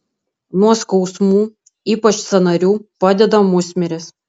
nuo skausmų ypač sąnarių padeda musmirės